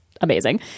amazing